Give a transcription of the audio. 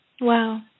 Wow